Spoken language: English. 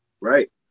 Right